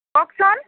কওকচোন